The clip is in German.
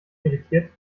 irritiert